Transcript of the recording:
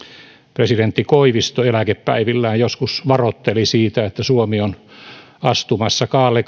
presidentti koivisto eläkepäivillään joskus varoitteli siitä että suomi on astumassa kaarle